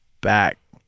back